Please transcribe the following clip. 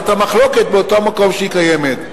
ואת המחלוקת באותו מקום שהיא קיימת.